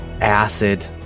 acid